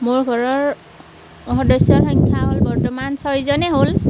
মোৰ ঘৰৰ সদস্যৰ সংখ্যা হ'ল বৰ্তমান ছয়জনেই হ'ল